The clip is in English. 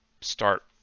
start